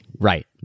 Right